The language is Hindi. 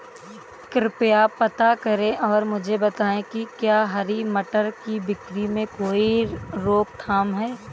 कृपया पता करें और मुझे बताएं कि क्या हरी मटर की बिक्री में कोई रोकथाम है?